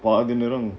!wah! I didn't know